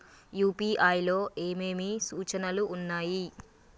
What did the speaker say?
UPI లో ఏమేమి సూచనలు ఉన్నాయి?